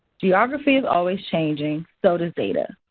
geography is always changing. so does data.